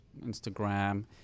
Instagram